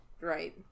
Right